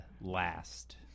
last